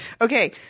okay